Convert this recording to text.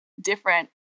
different